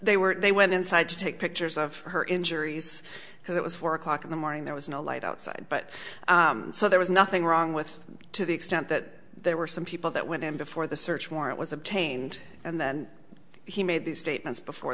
they were they went inside to take pictures of her injuries because it was four o'clock in the morning there was no light outside but so there was nothing wrong with to the extent that there were some people that went in before the search warrant was obtained and then he made these statements before